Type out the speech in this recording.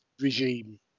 regime